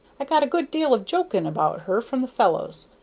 i got a good deal of joking about her from the fellows,